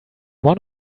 one